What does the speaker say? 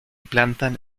plantan